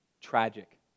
Tragic